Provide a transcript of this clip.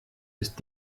ist